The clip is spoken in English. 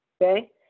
okay